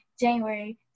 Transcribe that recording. january